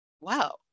wow